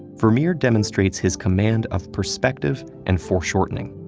vermeer demonstrates his command of perspective and foreshortening.